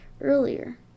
earlier